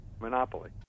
monopoly